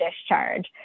discharge